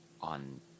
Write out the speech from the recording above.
on